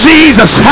Jesus